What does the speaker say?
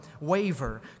waver